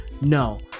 No